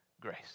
grace